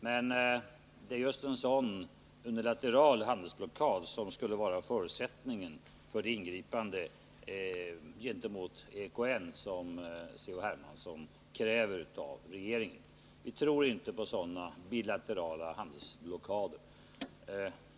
Men det är just en sådan unilateral handelsblockad som skulle vara förutsättningen för det ingripande gentemot Exportkreditnämnden som C.-H. Hermansson kräver av regeringen.